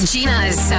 Gina's